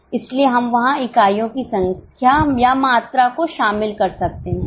इसलिए हम वहां इकाइयों की मात्रा या संख्या को शामिल कर सकते हैं